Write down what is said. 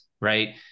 right